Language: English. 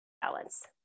balance